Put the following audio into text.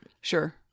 sure